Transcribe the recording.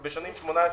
בשנים 18,